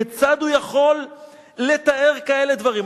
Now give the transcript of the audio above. כיצד הוא יכול לתאר כאלה דברים?